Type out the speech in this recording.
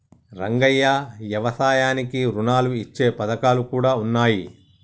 రంగయ్య యవసాయానికి రుణాలు ఇచ్చే పథకాలు కూడా ఉన్నాయి